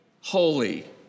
holy